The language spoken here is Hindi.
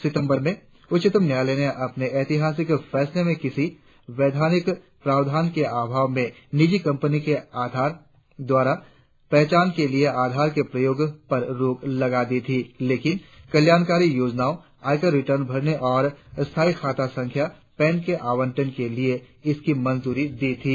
सितंबर में उच्चतम न्यायालय ने अपने ऐतिहासिक फैसले में किसी वैधानिक प्रावधान के अभाव मे निजी कंपनियों के द्वारा पहचान के लिए आधार के प्रयोग पर रोक लगा दी थी लेकिन कल्याणकारी योजनाओ आयकर रिटर्न भरने और स्थाई खाता संख्या पैन के आवंटन के लिए इसकी मीजूरी दी थी